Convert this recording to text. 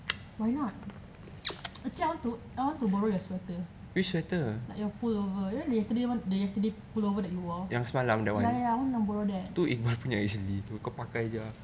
why not actually I want to I want to borrow your sweater like your pullover you know yesterday one the yesterday pullover that you wore ya ya I wanna borrow that